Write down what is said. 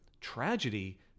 tragedy